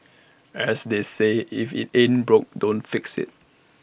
as they say if IT ain't broke don't fix IT